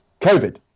COVID